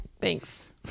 Thanks